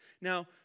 Now